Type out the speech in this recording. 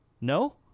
No